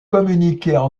communiquaient